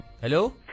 Hello